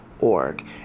org